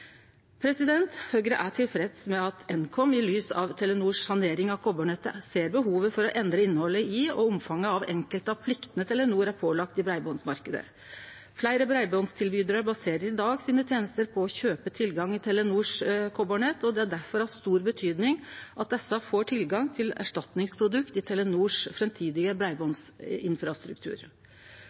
Høgre er tilfreds med at Nkom, i lys av Telenors sanering av koparnettet, ser behovet for å endre innhaldet i og omfanget av enkelte av pliktene Telenor er pålagt i breibandsmarknaden. Fleire tilbydarar av breiband baserer i dag sine tenester på å kjøpe tilgang til Telenors koparnett, og det er difor av stor betyding at desse får tilgang til erstatningsprodukt i Telenors framtidige breibandsinfrastruktur.